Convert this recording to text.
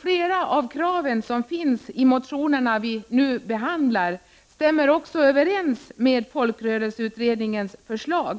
Flera av kraven som finns i de motioner vi nu behandlar stämmer också överens med folkrörelseutredningens förslag,